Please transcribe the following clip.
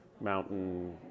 mountain